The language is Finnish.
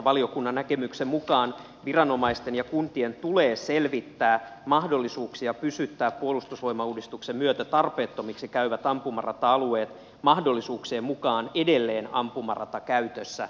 valiokunnan näkemyksen mukaan viranomaisten ja kuntien tulee selvittää mahdollisuuksia pysyttää puolustusvoimauudistuksen myötä tarpeettomiksi käyvät ampumarata alueet mahdollisuuksien mukaan edelleen ampumaratakäytössä